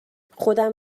خودم